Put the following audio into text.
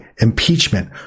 impeachment